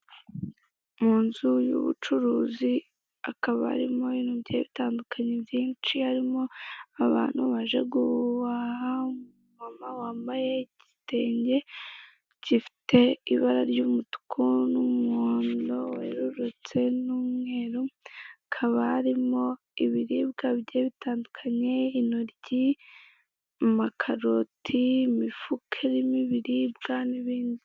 Mu nzu y'ubucuruzi, hakaba harimo ibintu bigiye bitandukanye byinshi. Harimo abantu baje guhaha. Umumama wambaye igitenge gifite ibara ry'umutuku n'umuhondo wererutse n'umweru, hakaba harimo ibiribwa bigiye bitandukanye, intoryi, amakaroti, imifuka irimo ibiribwa n'ibindi.